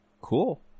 cool